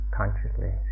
consciously